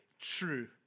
true